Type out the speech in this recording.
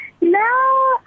No